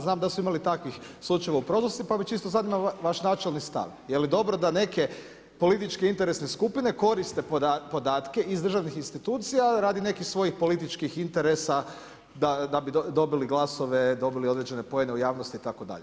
Znam da su imali takvih slučajeva u prošlosti pa me čisto zanima vaš načelni stav, je li dobro da neke političke interesne skupine koriste podatke iz državnih institucija radi nekih svojih političkih interesa da bi dobili glasove, dobili određene poene u javnosti itd?